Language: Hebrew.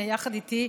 יחד איתי,